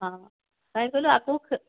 ହଁ କାଇଁ କହିଲୁ ଆଗକୁ ଖେ